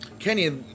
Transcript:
Kenny